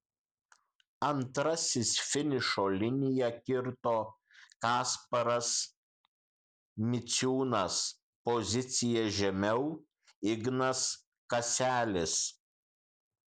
antrasis finišo liniją kirto kasparas miciūnas pozicija žemiau ignas kaselis